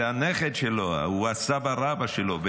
זה הנכד שלו, הוא הסבא רבא שלו.